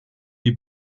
die